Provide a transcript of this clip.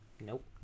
Nope